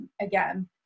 again